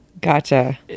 Gotcha